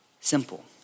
simple